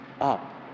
up